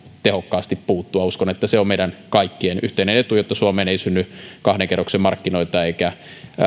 tehokkaasti puuttua uskon että se on meidän kaikkien yhteinen etu että suomeen ei synny kahden kerroksen markkinoita eikä